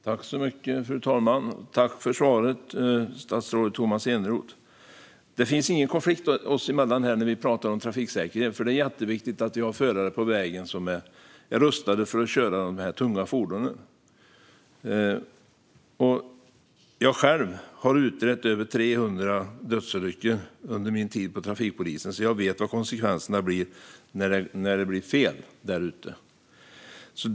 Fru talman! Tack för svaret, statsrådet Tomas Eneroth! Det finns ingen konflikt oss emellan när vi pratar om trafiksäkerhet, för det är jätteviktigt att vi har förare på vägen som är rustade att köra de här tunga fordonen. Jag har själv utrett över 300 dödsolyckor under min tid på trafikpolisen, så jag vet vad konsekvenserna blir när det blir fel där ute.